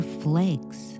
flakes